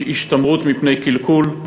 של השתמרות מפני קלקול,